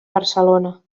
barcelona